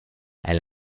elle